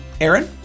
Aaron